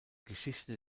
geschichte